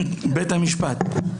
בית המשפט.